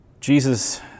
Jesus